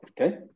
Okay